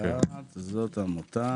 זאת עמותת